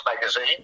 magazine